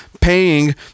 paying